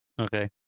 Okay